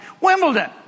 Wimbledon